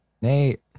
Nate